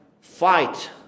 fight